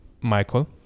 michael